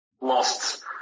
lost